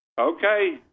okay